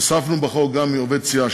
הוספנו בחוק גם עובד סיעה,